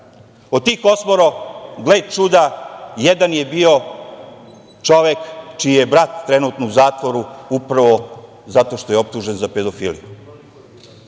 Od tih 8 gle čuda, jedan je bio čovek, čiji je brat trenutno u zatvoru upravo zato što je optužen za pedofiliju. To